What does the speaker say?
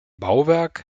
bauwerk